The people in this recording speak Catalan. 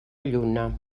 lluna